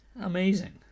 Amazing